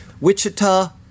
Wichita